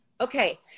Okay